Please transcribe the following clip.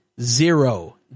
Zero